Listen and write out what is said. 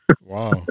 Wow